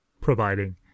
providing